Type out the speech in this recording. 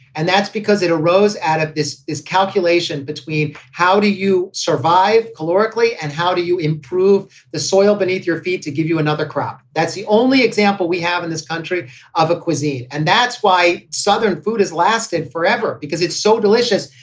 and that's because it arose out of this is calculation between how do you survive calorically and how do you improve the soil beneath your feet to give you another crop. that's the only example we have in this country of a cuisine. and that's why southern food has lasted forever, because it's so delicious,